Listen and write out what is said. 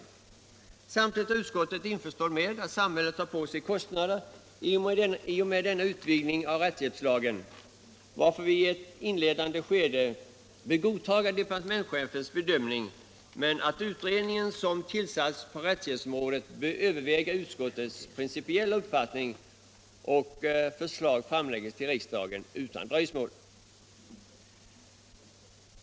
Samtidigt är utskottet införstått med att samhället tar på sig kostnader i och med denna utvidgning av rättshjälpslagen, varför vi i ett inledande skede bör godtaga departementschefens bedömning. Den utredning som tillsatts på rättshjälpsområdet bör överväga utskottets principiella uppfattning och förslag framläggas till riksdagen utan dröjsmål.